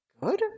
good